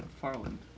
Farland